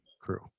crew